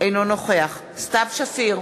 אינו נוכח סתיו שפיר,